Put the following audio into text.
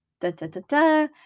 da-da-da-da